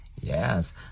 Yes